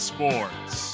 Sports